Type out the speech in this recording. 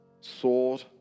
sword